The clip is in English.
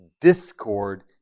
discord